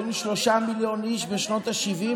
היינו שלושה מיליון איש בשנות השבעים,